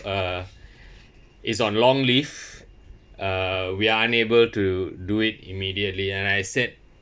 uh is on long leave uh we are unable to do it immediately and I said